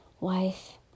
wife